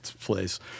place